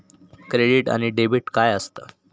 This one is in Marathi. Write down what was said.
क्रेडिट आणि डेबिट काय असता?